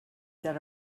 that